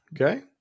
Okay